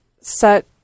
set